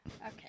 Okay